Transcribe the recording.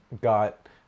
got